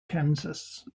kansas